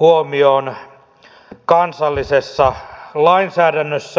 huomioon kansallisessa lainsäädännössämme